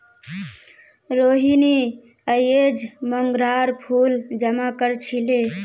रोहिनी अयेज मोंगरार फूल जमा कर छीले